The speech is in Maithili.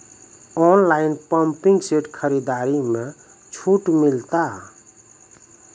ऑनलाइन पंपिंग सेट खरीदारी मे छूट मिलता?